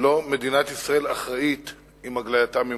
שמדינת ישראל אחראית לו עם הגלייתם ממקומם.